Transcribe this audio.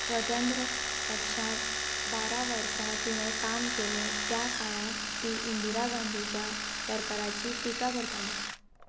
स्वतंत्र पक्षांत बारा वर्सां तिणें काम केलें त्या काळांत ती इंदिरा गांधीच्या सरकाराची टिका करताली